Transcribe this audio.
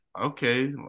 Okay